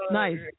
nice